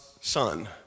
son